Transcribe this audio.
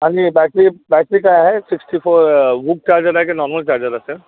आणि battery battery काय आहे सिक्स्टी फोर व्हूक चार्जर आहे की नॉर्मल चार्जर असेल